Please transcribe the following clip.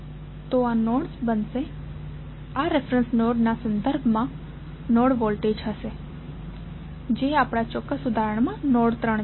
તો આ નોડ્સ બનશે આ રેફેરેંસ નોડના સંદર્ભમાં નોડ વોલ્ટેજ હશે જે આપણા ચોક્કસ ઉદાહરણમાં નોડ 3 છે